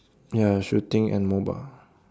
ya shooting and mobile